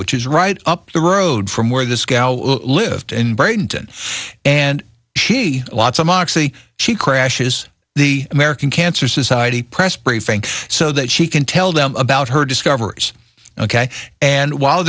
which is right up the road from where this cow lived in britain and she lots of moxie she crashes the american cancer society press briefing so that she can tell them about her discoveries ok and while